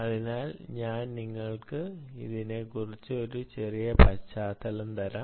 അതിനാൽ ഞാൻ നിങ്ങൾക്ക് ഇതിനെ കുറിച്ച് ഒരു ചെറിയ പശ്ചാത്തലം തരാം